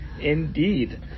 indeed